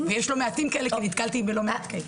יש לא מעטים כאלה ונתקלתי בלא מעט כאלה.